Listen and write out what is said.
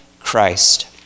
Christ